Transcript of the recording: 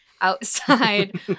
outside